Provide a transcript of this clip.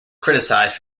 criticized